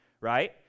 right